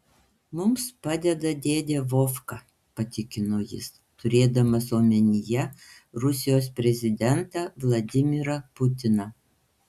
mums padeda dėdė vovka patikino jis turėdamas omenyje rusijos prezidentą vladimirą putiną